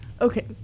okay